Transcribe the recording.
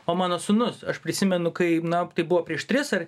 o mano sūnus aš prisimenu kai na tai buvo prieš tris ar